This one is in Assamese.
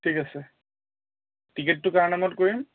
ঠিক আছে টিকেটটো কাৰ নামত কৰিম